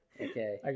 Okay